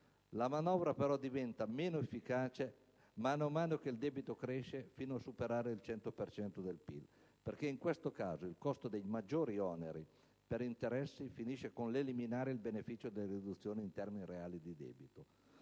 La manovra però diventa meno efficace man mano che il debito cresce fino a superare il 100 per cento del PIL, perché in questo caso il costo dei maggiori oneri per interessi finisce con l'eliminare il beneficio della riduzione in termini reali del debito.